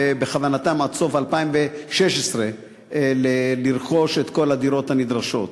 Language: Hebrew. ובכוונתם עד סוף 2016 לרכוש את כל הדירות הנדרשות.